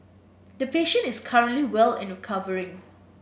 the patient is currently well and recovering